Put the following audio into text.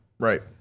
Right